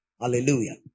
Hallelujah